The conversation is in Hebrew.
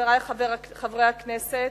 חברי חברי הכנסת,